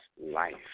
life